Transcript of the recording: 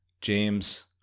James